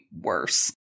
worse